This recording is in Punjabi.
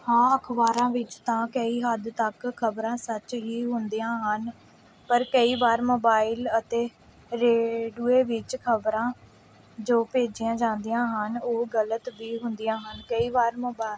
ਹਾਂ ਅਖ਼ਬਾਰਾਂ ਵਿੱਚ ਤਾਂ ਕਈ ਹੱਦ ਤੱਕ ਖਬਰਾਂ ਸੱਚ ਹੀ ਹੁੰਦੀਆਂ ਹਨ ਪਰ ਕਈ ਵਾਰ ਮੋਬਾਇਲ ਅਤੇ ਰੇਡੂਏ ਵਿੱਚ ਖਬਰਾਂ ਜੋ ਭੇਜੀਆਂ ਜਾਂਦੀਆਂ ਹਨ ਉਹ ਗਲਤ ਵੀ ਹੁੰਦੀਆਂ ਹਨ ਕਈ ਵਾਰ ਮੋਬਾ